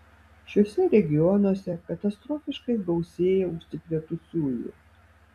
šiuose regionuose katastrofiškai gausėja užsikrėtusiųjų